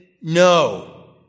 No